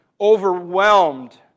overwhelmed